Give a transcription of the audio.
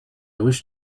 wish